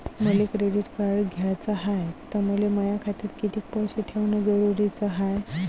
मले credit card घ्याचं हाय, त मले माया खात्यात कितीक पैसे ठेवणं जरुरीच हाय?